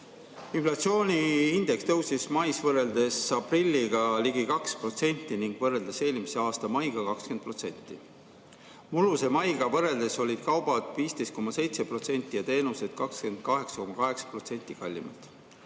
Inflatsiooniindeks tõusis mais võrreldes aprilliga ligi 2% ning võrreldes eelmise aasta maiga 20%. Mulluse maiga võrreldes olid kaubad 15,7% ja teenused 28,8% kallimad.